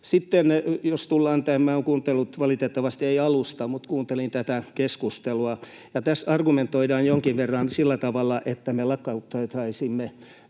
Sitten olen kuunnellut — valitettavasti en alusta, mutta kuuntelin — tätä keskustelua, ja tässä argumentoidaan jonkin verran sillä tavalla, että hallitus lakkauttaisi